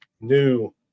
new